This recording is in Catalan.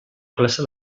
classe